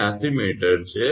86 𝑚 છે